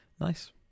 nice